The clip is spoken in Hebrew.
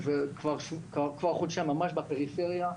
וכבר חודשיים ממש בפריפריה: